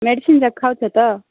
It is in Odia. ମେଡ଼ିସିନ୍ ଯାକ ଖାଉଛ ତ